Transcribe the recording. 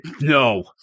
No